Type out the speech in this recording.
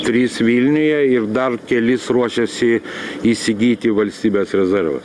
trys vilniuje ir dar kelis ruošiasi įsigyti valstybės rezervas